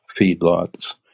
feedlots